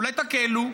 אולי תקלו?